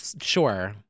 Sure